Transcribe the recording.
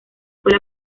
fue